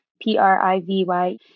P-R-I-V-Y